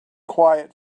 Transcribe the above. quiet